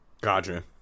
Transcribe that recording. Gotcha